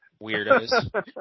Weirdos